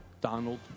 Donald